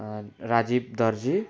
Rajiv Darji